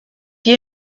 you